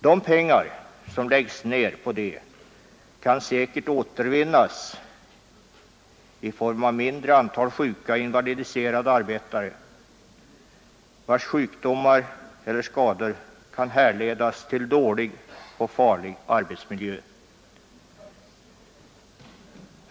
De pengar som läggs ner på det kan säkert återvinnas i form av mindre antal sjuka och invalidiserade arbetare, vilkas sjukdomar eller skador kan härledas till dålig och farlig arbetsmiljö.